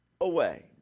away